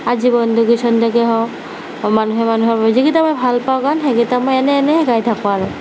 আজি বন্দো কি ছন্দেকি হওক মানুহে মানুহৰ বাবে যিকেইটা মই ভাল পাওঁ গান সেইকেইটা মই এনেই এনেই গাই থাকোঁ আৰু